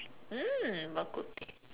mm Bak-Kut-Teh